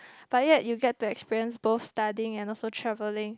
but yet you get to experience both studying and also travelling